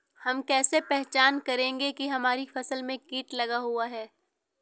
हम कैसे पहचान करेंगे की हमारी फसल में कीट लगा हुआ है?